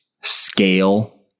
scale